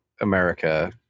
America